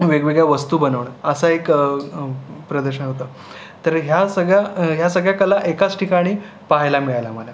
वेगवेगळ्या वस्तू बनवणं असा एक प्रदर्शन होतं तर ह्या सगळ्या ह्या सगळ्या कला एकाच ठिकाणी पहायला मिळाल्या मला